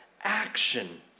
action